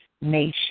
nation